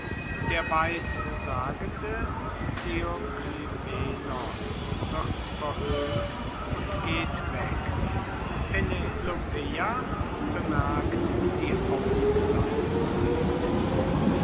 der weissagende theoklymenos wird verhöhnt und geht weg penelopeia bemerkt die ausgelassenheit